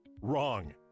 Wrong